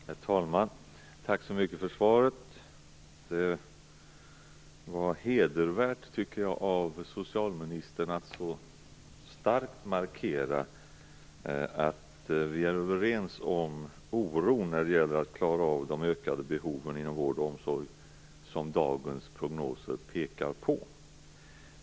Herr talman! Tack så mycket för svaret. Jag tycker att det var hedervärt av socialministern att så starkt markera att vi är överens om oron när det gäller att klara av de ökade behoven inom vård och omsorg som dagens prognoser pekar på.